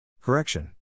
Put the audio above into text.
Correction